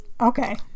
Okay